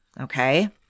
Okay